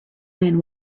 man